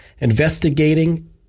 Investigating